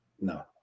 No